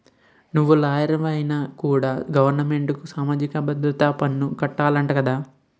నువ్వు లాయరువైనా కూడా గవరమెంటుకి సామాజిక భద్రత పన్ను కట్టాలట కదా